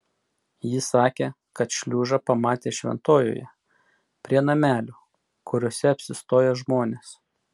ji sakė kad šliužą pamatė šventojoje prie namelių kuriuose apsistoja žmonės